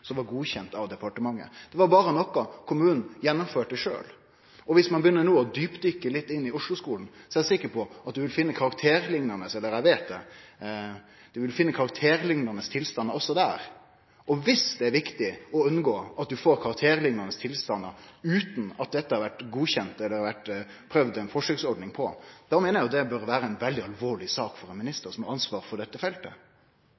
som var godkjent av departementet; det var noko kommunen berre gjennomførte sjølv. Dersom ein no begynner å gjere eit lite djupdykk inn i Osloskolen, er eg sikker på – eg veit det – at ein vil finne karakterliknande tilstandar også der. Dersom det er viktig å unngå at ein får karakterliknande tilstandar utan at dette har vore godkjent eller ein har prøvd med ei forsøksordning, meiner eg det bør vere ei veldig alvorleg sak for den ministeren som har ansvar for dette feltet.